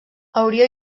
hauria